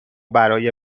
برای